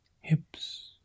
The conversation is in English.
hips